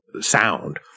sound